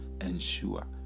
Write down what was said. ensure